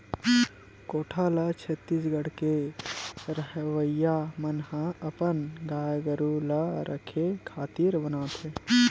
कोठा ल छत्तीसगढ़ के रहवइया मन ह अपन गाय गरु ल रखे खातिर बनाथे